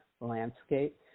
landscape